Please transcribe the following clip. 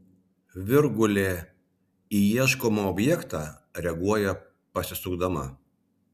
virgulė į ieškomą objektą reaguoja pasisukdama